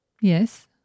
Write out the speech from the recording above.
yes